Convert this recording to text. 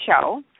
show